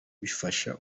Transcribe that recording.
bifasha